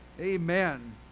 Amen